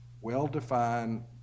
well-defined